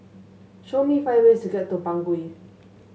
show me five ways to get to Bangui